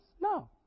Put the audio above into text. No